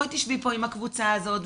בואי תשבי פה עם הקבוצה הזאת,